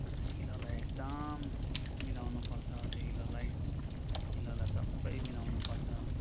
अन्त हिलोलाई एकदम मिलाउनु पर्छ त्यो हिलोलाई हिलोलाई सबै मिलाउनु पर्छ